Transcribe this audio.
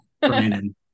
Brandon